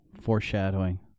Foreshadowing